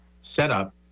setup